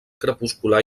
crepuscular